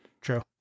true